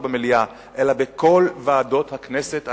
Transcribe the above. נדון לא רק במליאה אלא בכל ועדות הכנסת,